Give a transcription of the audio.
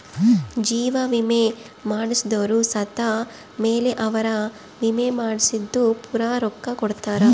ಜೀವ ವಿಮೆ ಮಾಡ್ಸದೊರು ಸತ್ ಮೇಲೆ ಅವ್ರ ವಿಮೆ ಮಾಡ್ಸಿದ್ದು ಪೂರ ರೊಕ್ಕ ಕೊಡ್ತಾರ